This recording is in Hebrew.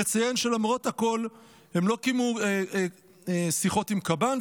נציין שלמרות הכול הם לא קיימו שיחות עם קב"ן,